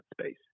space